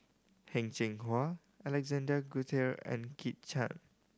Heng Cheng Hwa Alexander Guthrie and Kit Chan